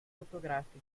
fotografico